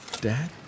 Dad